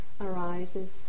arises